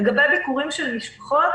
לגבי ביקורים של משפחות